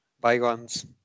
bygones